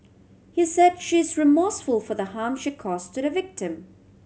he said she is remorseful for the harm she cause to the victim